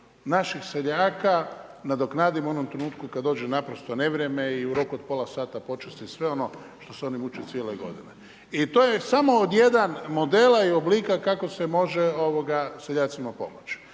naših seljaka nadoknadimo u onom trenutku kad dođe naprosto nevrijeme i u roku od pola sata počisti sve ono što su se oni mučili cijele godine. I to je samo jedan od modela i oblika kakao se može seljacima pomoći.